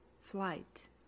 flight